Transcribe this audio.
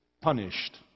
punished